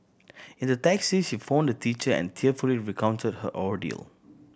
in the taxi she phoned a teacher and tearfully recounted her ordeal